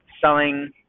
selling